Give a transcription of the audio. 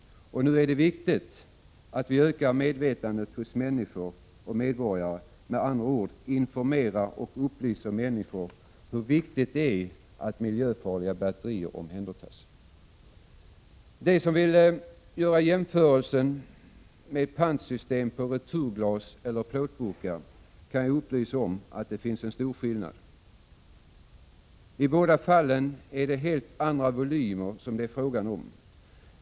Nu är det viktigt att öka medvetenheten hos människor, med andra ord informera och upplysa människor om hur viktigt det är att miljöfarliga batterier omhändertas. Jag kan upplysa dem som vill göra jämförelsen med pantsystem på returglas eller plåtburkar om att det finns en stor skillnad. I båda fallen är det helt andra volymer som det är frågan om.